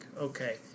okay